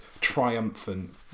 triumphant